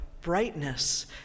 brightness